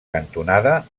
cantonada